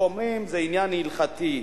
ואומרים שזה עניין הלכתי.